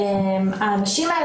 האנשים האלה,